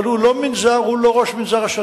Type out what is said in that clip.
אבל הוא לא מנזר, הוא לא ראש מנזר השתקנים.